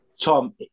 Tom